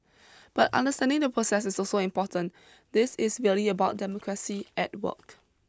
but understanding the process is also important this is really about democracy at work